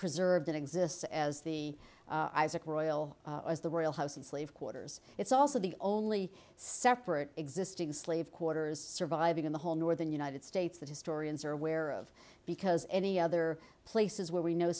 preserved it exists as the royal as the real house and slave quarters it's also the only separate existing slave quarters surviving in the whole northern united states that historians are aware of because any other places where we know